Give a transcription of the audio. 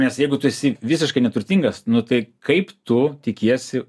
nes jeigu tu esi visiškai neturtingas nu tai kaip tu tikiesi